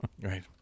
Right